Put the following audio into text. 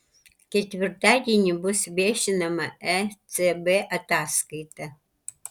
ketvirtadienį bus viešinama ecb ataskaita